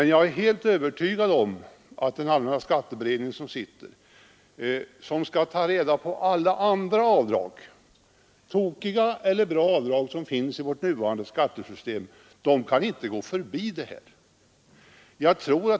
Jag är helt övertygad om att skatteberedningen som skall undersöka alla andra avdrag som finns, tokiga eller bra, i vårt nuvarande skattesystem, inte kan gå förbi detta.